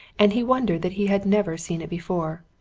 and he wondered that he had never seen it before.